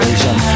Asian